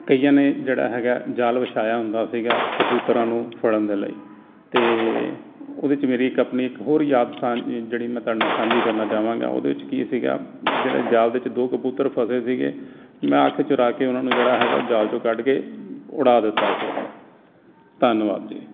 ਕਈਆਂ ਨੇ ਜਿਹੜਾ ਹੈਗਾ ਜਾਲ ਵਿਛਾਇਆ ਹੁੰਦਾ ਸੀਗਾ ਕਬੂਤਰਾਂ ਨੂੰ ਫੜਨ ਦੇ ਲਈ ਅਤੇ ਉਹਦੇ 'ਚ ਮੇਰੀ ਇੱਕ ਆਪਣੀ ਇੱਕ ਹੋਰ ਯਾਦ ਸਾਂ ਜਿਹੜੀ ਮੈਂ ਤੁਹਾਡੇ ਨਾਲ ਸਾਂਝੀ ਕਰਨਾ ਚਾਵਾਂਗਾ ਉਹਦੇ ਵਿੱਚ ਕੀ ਸੀਗਾ ਜਿਹੜੇ ਜਾਲ ਦੇ ਵਿੱਚ ਦੋ ਕਬੂਤਰ ਫਸੇ ਸੀਗੇ ਮੈਂ ਅੱਖ ਚੁਰਾ ਕੇ ਉਹਨਾਂ ਨੂੰ ਜਿਹੜਾ ਹੈਗਾ ਉਹ ਜਾਲ ਚੋਂ ਕੱਢ ਕੇ ਉੜਾ ਦਿੱਤਾ ਸੀਗਾ ਧੰਨਵਾਦ ਜੀ